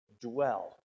dwell